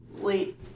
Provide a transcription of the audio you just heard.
late